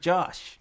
Josh